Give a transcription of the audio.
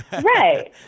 Right